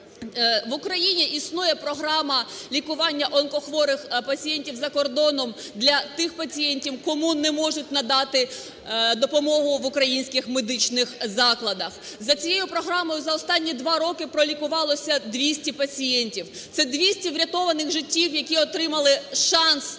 В Україні існує програма лікування онкохворих пацієнтів за кордоном для тих пацієнтів, кому не можуть надати допомогу в українських медичних закладах. За цією програмою за останні два роки пролікувалося 200 пацієнтів. Це 200 врятованих життів, які отримали шанс